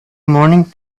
morning